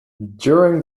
during